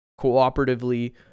cooperatively